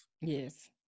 Yes